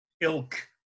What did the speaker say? ilk